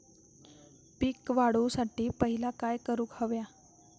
पीक वाढवुसाठी पहिला काय करूक हव्या?